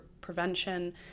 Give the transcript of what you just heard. prevention